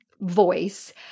voice